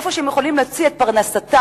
איפה שהם יכולים להוציא את פרנסתם,